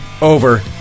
over